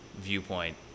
viewpoint